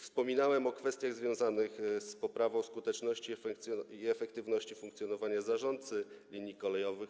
Wspominałem o kwestiach związanych z poprawą skuteczności i efektywności funkcjonowania zarządcy linii kolejowych.